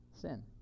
sin